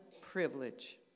privilege